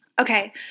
okay